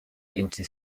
into